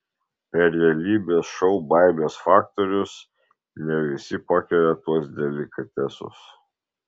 per realybės šou baimės faktorius ne visi pakelia tuos delikatesus